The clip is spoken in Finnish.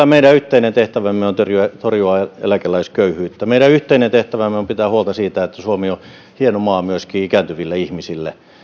kyllä meidän yhteinen tehtävämme on torjua torjua eläkeläisköyhyyttä meidän yhteinen tehtävämme on pitää huolta siitä että suomi on hieno maa myöskin ikääntyville ihmisille